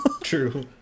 True